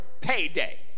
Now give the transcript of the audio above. payday